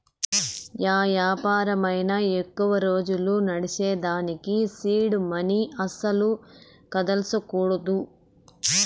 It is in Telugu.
యా యాపారమైనా ఎక్కువ రోజులు నడ్సేదానికి సీడ్ మనీ అస్సల కదల్సకూడదు